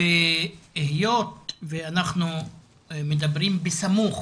והיות ואנחנו מדברים בסמוך